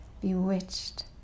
bewitched